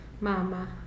mama